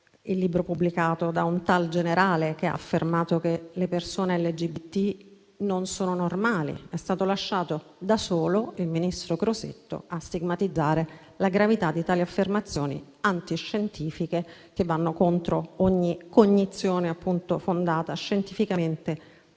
al libro pubblicato da un tal generale, che ha affermato che le persone LGBT non sono normali: il ministro Crosetto è stato lasciato da solo a stigmatizzare la gravità di tali affermazioni antiscientifiche, che vanno contro ogni cognizione fondata scientificamente